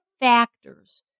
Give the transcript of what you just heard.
factors